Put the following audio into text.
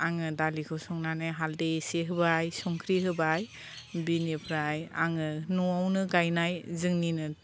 आङो दालिखौ संनानै हालदै एसे होबाय संख्रि होबाय बिनिफ्राय आङो न'आवनो गायनाय जोंनिनो